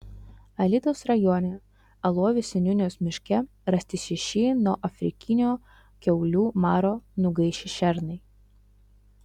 alytaus rajone alovės seniūnijos miške rasti šeši nuo afrikinio kiaulių maro nugaišę šernai